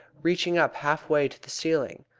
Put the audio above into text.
reaching up half-way to the ceiling.